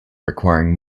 requiring